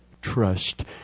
Trust